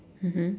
mmhmm